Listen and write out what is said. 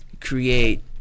create